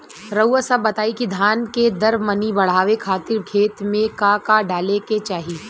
रउआ सभ बताई कि धान के दर मनी बड़ावे खातिर खेत में का का डाले के चाही?